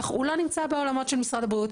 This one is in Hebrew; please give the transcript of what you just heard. הוא לא נמצא בעולמות של משרד הבריאות.